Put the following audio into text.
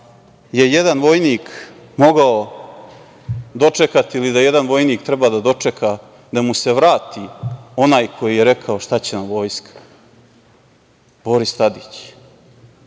je jedan vojnik mogao dočekati ili da jedan vojnik treba da dočeka da mu se vrati onaj koji je rekao – šta će vam vojska? Boris Tadić.